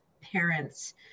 parents